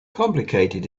complicated